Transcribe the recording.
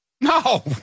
No